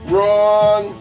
Wrong